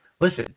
Listen